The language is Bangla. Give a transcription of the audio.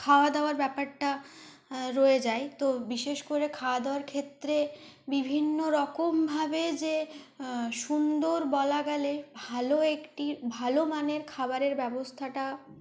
খাওয়া দাওয়ার ব্যাপারটা রয়ে যায় তো বিশেষ করে খাওয়া দাওয়ার ক্ষেত্রে বিভিন্ন রকমভাবে যে সুন্দর বলা গেলে ভালো একটি ভালো মানের খাবারের ব্যবস্থাটা